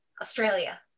Australia